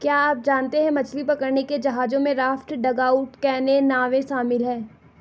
क्या आप जानते है मछली पकड़ने के जहाजों में राफ्ट, डगआउट कैनो, नावें शामिल है?